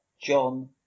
John